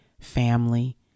family